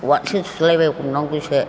अथसो सुलाय लायबावनांगौसो